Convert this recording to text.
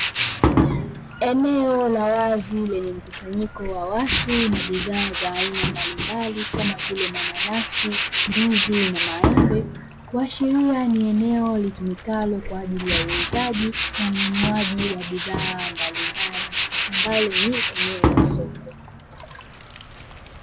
Eneo la wazi lenye mkusanyiko wa watu na bidhaa za aina mbalimbali kama vile mananasi, ndizi na maembe. Kuashiria ni eneo litumikalo kwa ajili ya uuzaji na ununuaji wa bidhaa mbalimbali, ambao ni eneo la soko.